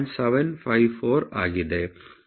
754 ಆಗಿದೆ